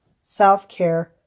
self-care